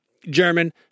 German